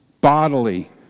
bodily